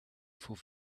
faut